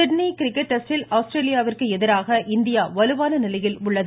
Sydney cricket டெஸ்டில் ஆஸ்திரேலியாவிற்கு எதிராக இந்தியா வலுவான நிலையில் உள்ளது